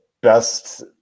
best